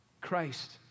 Christ